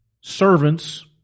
servants